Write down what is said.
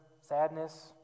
sadness